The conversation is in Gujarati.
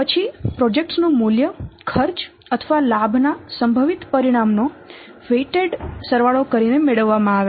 પછી પ્રોજેક્ટ્સ નું મૂલ્ય ખર્ચ અથવા લાભ ના સંભવિત પરિણામ નો વેઈટેડ સરવાળો કરીને મેળવવામાં આવે છે